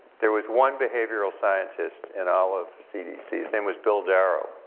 there was one behavioral scientist in all of cdc, his name was bill darrow,